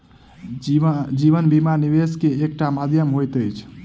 जीवन बीमा, निवेश के एकटा माध्यम होइत अछि